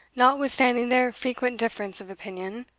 notwithstanding their frequent difference of opinion,